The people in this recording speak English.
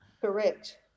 Correct